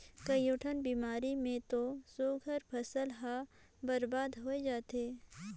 कयोठन बेमारी मे तो सुग्घर फसल हर बरबाद होय जाथे